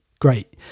Great